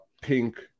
pink